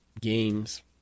games